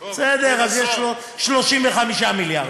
בסדר, אז יש פה 35 מיליארד.